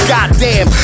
Goddamn